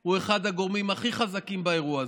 הוא אחד הגורמים הכי חזקים באירוע הזה.